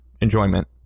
enjoyment